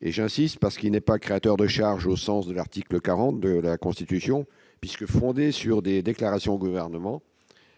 Le dispositif proposé n'est pas créateur de charge au sens de l'article 40 de la Constitution puisque fondé sur des déclarations du Gouvernement.